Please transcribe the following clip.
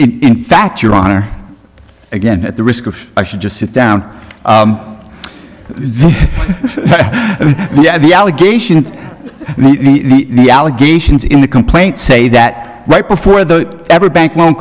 in fact your honor again at the risk of i should just sit down yeah the allegation and the allegations in the complaint say that right before the every bank on